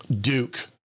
duke